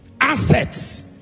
assets